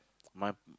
my